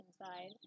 inside